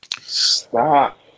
Stop